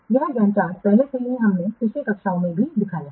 यह Gantt chart पहले से ही हमने पिछली कक्षाओं में भी दिखाया है